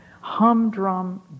humdrum